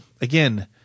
again